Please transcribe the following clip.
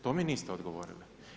To mi niste odgovorili.